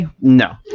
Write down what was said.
No